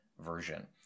version